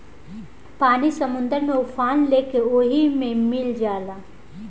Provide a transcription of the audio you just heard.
पानी समुंदर में उफान लेके ओहि मे मिल जाला